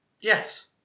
Yes